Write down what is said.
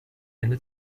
ende